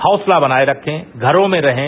हौसला बनाए रखें घरों में रहें